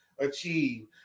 Achieve